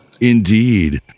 Indeed